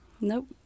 Nope